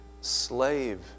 slave